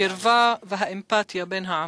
הקרבה והאמפתיה בין העמים.